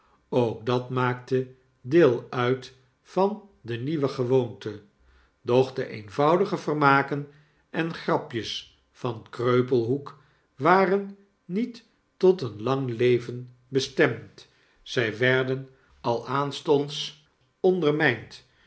ook dat maakte deel uit van de nieuwe gewoonte doch de eenvoudige vermaken en grapjes van kreupelhoek waren niet tot een langlevenbestemd zy werden al aanstonds ondermynd